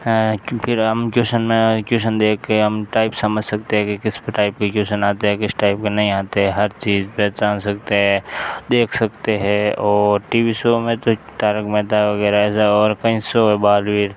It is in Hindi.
क्योंकि हम क्विशन क्विशन देखके हम टाइप समझ सकते हैं कि किस टाइप के क्विशन आते हैं किस टाइप के नहीं आते हैं हर चीज़ पहचान सकते हैं देख सकते हैं और टी वी शो में तो तारक मेहता वगैरह ऐसा और कई शो हैं बालवीर